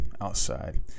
outside